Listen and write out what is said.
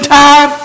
time